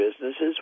businesses